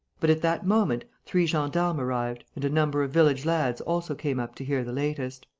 but, at that moment, three gendarmes arrived and a number of village lads also came up to hear the latest.